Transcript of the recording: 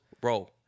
bro